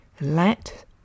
Let